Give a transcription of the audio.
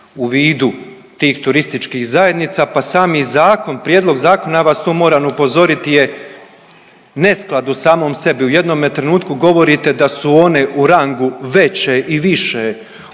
u vidu tih turističkih zajednica pa sami zakon, prijedlog zakona, ja vas tu moram upozoriti je nesklad u samom sebi. U jednom trenutku govorite da su one u rangu veće i više od